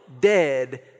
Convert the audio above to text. dead